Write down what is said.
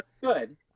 good